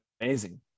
amazing